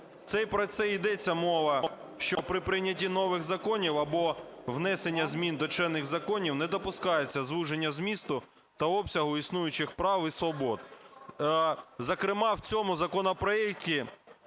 Про це і йдеться мова, що при прийнятті нових законів або внесення змін до чинних законів не допускається звуження місту та обсягу існуючих прав і свобод. Зокрема, в цьому законопроекті